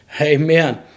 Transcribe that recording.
Amen